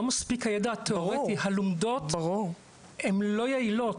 לא מספיק הידע התיאורטי, הלומדות הן לא יעילות.